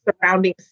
surrounding